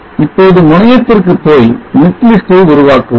இப்போது முனையத்திற்கு போய் netlist ஐ உருவாக்குவோம்